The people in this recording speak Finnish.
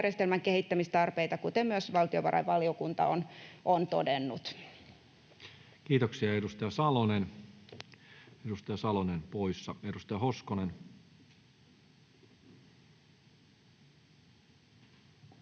kehittämistarpeita, kuten myös valtiovarainvaliokunta on todennut. Kiitoksia. — Edustaja Salonen poissa. — Edustaja Hoskonen.